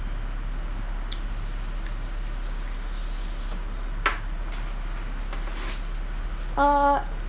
uh